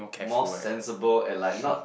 more sensible and like not